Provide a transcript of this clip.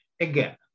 Again